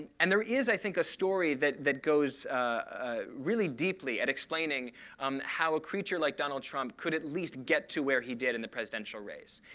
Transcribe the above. and there is, i think, a story that that goes ah really deeply at explaining um how a creature like donald trump could at least get to where he did in the presidential race.